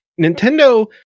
nintendo